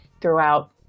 throughout